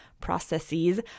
processes